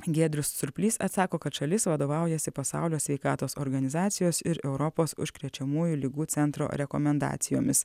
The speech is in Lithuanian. giedrius surplys atsako kad šalis vadovaujasi pasaulio sveikatos organizacijos ir europos užkrečiamųjų ligų centro rekomendacijomis